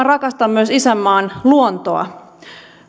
rakastan myös isänmaan luontoa